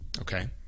Okay